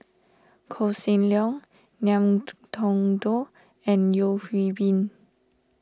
Koh Seng Leong Ngiam Tong Dow and Yeo Hwee Bin